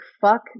fuck